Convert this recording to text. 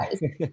guys